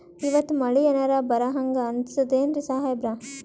ಇವತ್ತ ಮಳಿ ಎನರೆ ಬರಹಂಗ ಅನಿಸ್ತದೆನ್ರಿ ಸಾಹೇಬರ?